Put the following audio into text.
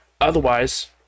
Otherwise